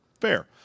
Fair